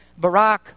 Barack